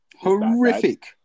horrific